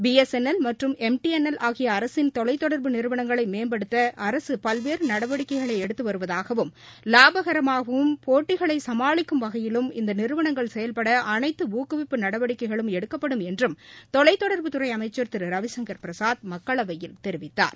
B S N L மற்றும் M T N L ஆகிய அரசின் தொலைத் தொடர்பு நிறுவனங்களை மேம்படுத்த பல்வேறு நடவடிக்கைகளை அரசு எடுத்து வருவதாகவும் இலாபகரமாகவும் போட்டிகளை சமாளிக்கும் வகையிலும் இந்த நிறுவனங்கள் செயல்பட அனைத்து ஊக்குவிப்பு நடவடிக்கைகளும் எடுக்கப்படும் என்றும் தொலைத் தொடர்புத்துறை அமைச்சர் திரு ரவிசங்கர் பிரசாத் மக்களவையில் தெரிவித்தார்